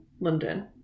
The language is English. london